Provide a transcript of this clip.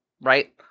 Right